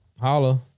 Holla